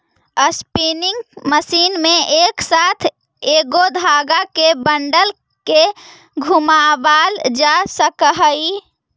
spinning machine में एक साथ कएगो धाग के बंडल के घुमावाल जा सकऽ हई